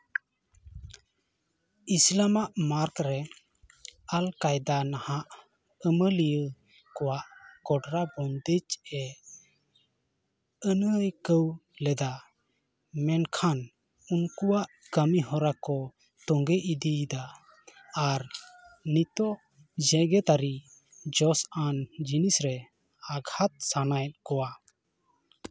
ᱤᱥᱞᱟᱢ ᱟᱜ ᱢᱟᱨᱜᱽ ᱨᱮ ᱟᱞᱠᱟᱭᱫᱟ ᱱᱟᱦᱟᱜ ᱟᱢᱟᱹᱞᱤᱭᱟᱹ ᱠᱚᱣᱟᱜ ᱠᱚᱰᱨᱟ ᱵᱚᱱᱫᱮᱡᱽ ᱮ ᱟᱹᱱᱟᱹᱭᱠᱟᱹᱣ ᱞᱮᱫᱟ ᱢᱮᱱᱠᱷᱟᱱ ᱩᱱᱠᱩᱣᱟᱜ ᱠᱟᱹᱢᱤᱦᱚᱨᱟ ᱠᱚ ᱛᱚᱸᱜᱮ ᱤᱫᱤᱭᱮᱫᱟ ᱟᱨ ᱱᱤᱛᱚᱜ ᱡᱮᱸᱜᱮᱛᱟᱨᱤ ᱡᱚᱥ ᱟᱱ ᱡᱤᱱᱤᱥ ᱨᱮ ᱟᱜᱷᱟᱛ ᱥᱟᱱᱟᱭᱮᱫ ᱠᱚᱣᱟ